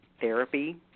therapy